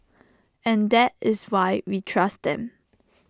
and that is why we trust them